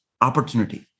opportunity